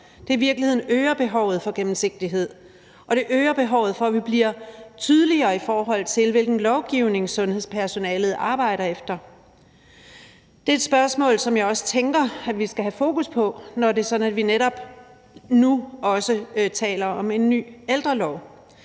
øger behovet for gennemsigtighed, og det øger behovet for, at vi bliver tydeligere, i forhold til hvilken lovgivning sundhedspersonalet arbejder efter. Det er et spørgsmål, som jeg også tænker at vi skal have fokus på, når det er sådan, at vi netop nu taler om en ny ældrelov.